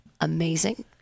amazing